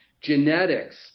genetics